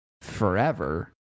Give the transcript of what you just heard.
forever